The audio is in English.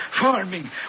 farming